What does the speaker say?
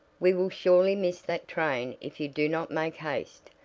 we will surely miss that train if you do not make haste,